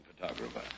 photographer